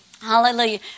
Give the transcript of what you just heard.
Hallelujah